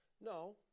No